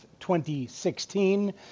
2016